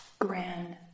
grand